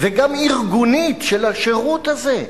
וגם ארגונית של השירות הזה.